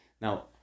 now